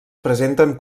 presenten